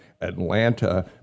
Atlanta